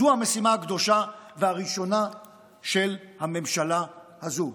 זו המשימה הקדושה והראשונה של הממשלה הזו.